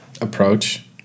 approach